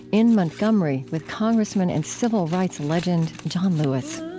in montgomery with congressman and civil rights legend john lewis